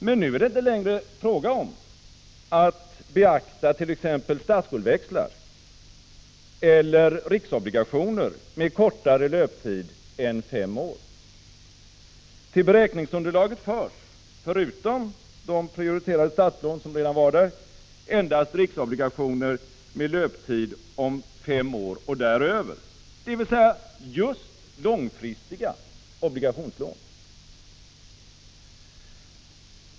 Men nu är det inte längre fråga om att beakta t.ex. statsskuldväxlar eller riksobligationer med kortare löptid än fem år. Till beräkningsunderlaget förs, förutom de prioriterade statslån som redan fanns där, endast riksobligationer med en löptid om fem år och däröver, dvs. just långfristiga obligationslån.